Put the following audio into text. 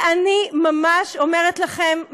אני ממש אומרת לכם,